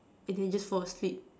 and then you just fall asleep